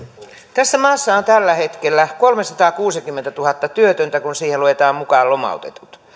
tässä maassa on tällä hetkellä kolmesataakuusikymmentätuhatta työtöntä kun siihen luetaan mukaan lomautetut